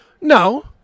No